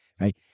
right